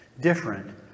different